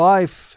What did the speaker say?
Life